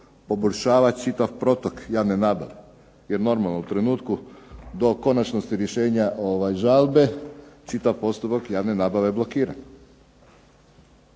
poboljšava čitav protok javne nabave? Jer normalno, u trenutku do konačnosti rješenja žalbe čitav postupke javne nabave je blokiran.